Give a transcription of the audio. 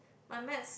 my maths